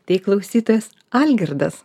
tai klausytojas algirdas